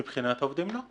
מבחינת העובדים, לא.